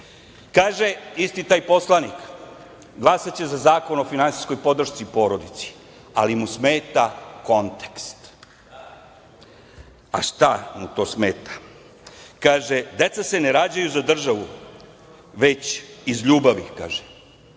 isti taj poslanik, glasaće za Zakon o finansijskoj podršci porodici, ali mu smeta kontekst. A, šta mu to smeta? Kaže – deca se ne rađaju za državu, već iz ljubavi, kaže.